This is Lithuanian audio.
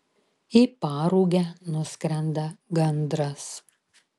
į parugę nuskrenda gandras